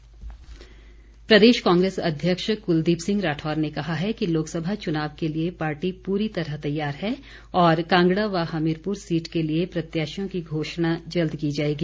कांग्रेस प्रदेश कांग्रेस अध्यक्ष कलदीप सिंह राठौर ने कहा है कि लोकसभा चुनाव के लिए पार्टी पूरी तरह तैयार है और कांगड़ा व हमीरपुर सीट के लिए प्रत्याशियों की घोषणा जल्द की जाएगी